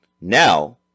Now